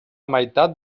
meitat